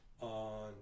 on